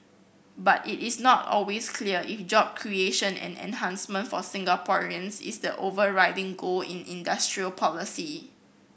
but it is not always clear if job creation and enhancement for Singaporeans is the overriding goal in industrial policy